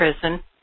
prison